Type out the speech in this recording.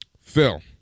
Phil